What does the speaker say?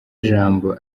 jambo